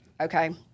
Okay